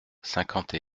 cinquante